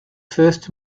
first